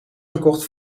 gekocht